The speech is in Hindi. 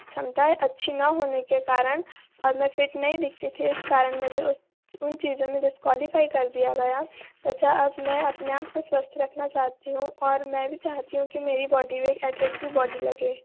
क्षमताएँ अच्छी ना होने के कारण और मैं फिट नहीं दिखती थी उस कारण मुझे उस उन चीज़ें में डिसक्वालीफाई कर दिया गया तथा अब मैं अपने आप को स्वस्थ रखना चाहती हूँ और मैं भी चाहती हूं कि मेरी बॉडी भी अट्रैक्टिव बॉडी लगे